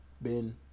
Ben